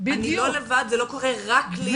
אני לא לבד, זה לא קורה רק לי.